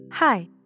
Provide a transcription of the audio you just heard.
Hi